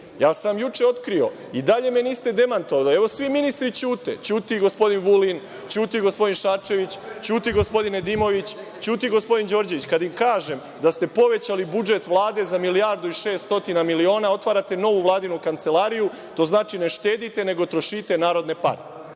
sam otkrio i dalje me niste demantovali. Da, evo svi ministri ćute, ćuti i gospodin Vulin, ćuti gospodin Šarčević, ćuti gospodin Nedimović, ćuti gospodin Đorđević kada im kažem da ste povećali budžet Vlade za milijardu i šest stotina miliona, otvarate novu vladinu kancelariju. To znači ne štedite, nego trošite narodne pare.